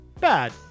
bad